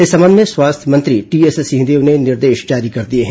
इस संबंध में स्वास्थ्य मंत्री टीएस सिंहदेव ने निर्देश जारी कर दिए हैं